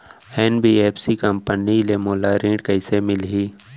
NBFC company ले मोला ऋण कइसे मिलही?